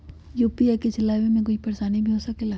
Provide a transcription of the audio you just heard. UPI के चलावे मे कोई परेशानी भी हो सकेला?